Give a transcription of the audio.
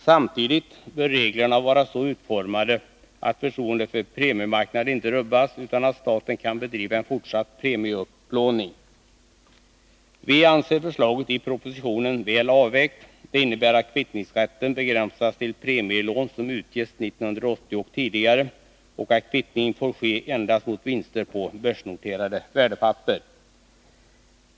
Samtidigt bör reglerna vara så utformade att förtroendet för premiemarknaden inte rubbas, utan att staten kan bedriva en fortsatt premieupplåning. Vi anser förslaget i propositionen väl avvägt. Det innebär att kvittningsrätten begränsas till premielån som utgetts 1980 och tidigare, och att kvittning får ske endast mot vinster på börsnoterade värdepapper.